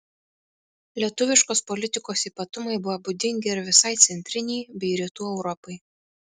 lietuviškos politikos ypatumai buvo būdingi ir visai centrinei bei rytų europai